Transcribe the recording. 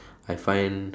I find